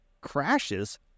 crashes